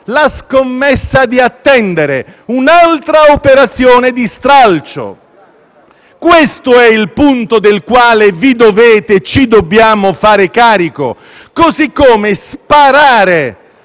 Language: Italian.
la scommessa di attendere un'altra operazione di stralcio. Questo è il punto del quale vi dovete e ci dobbiamo fare carico. Così come sparare